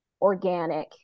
organic